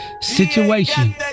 situation